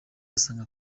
asanga